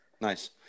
Nice